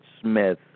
Smith